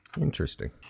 Interesting